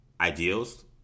ideals